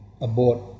abort